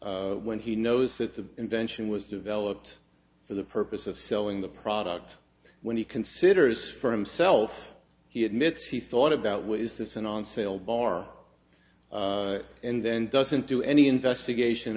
when he knows that the invention was developed for the purpose of selling the product when he considers for himself he admits he thought about what is this an on sale bar and then doesn't do any investigation